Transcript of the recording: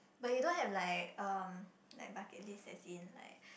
but you don't have like um like bucket list as in like